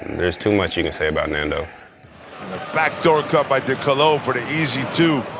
there's too much you can say about nando. the backdoor cut by de colo for the easy two.